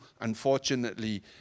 unfortunately